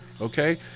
okay